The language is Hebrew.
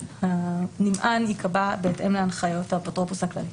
הנמען ייקבע בהתאם להנחיות האפוטרופוס הכללי.